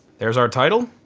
there's our title.